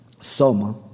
soma